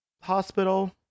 hospital